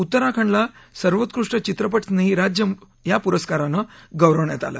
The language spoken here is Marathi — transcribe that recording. उत्तराखंडला सर्वोत्कृष्ट चित्रपट स्नेही राज्य पुरस्कारानं गौरवण्यात आलं